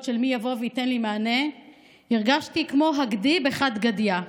של מי יבוא וייתן לי מענה הרגשתי כמו הגדי בחד גדיא,